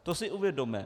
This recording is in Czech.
To si uvědomme.